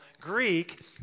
Greek